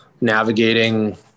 navigating